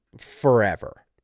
forever